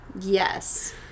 Yes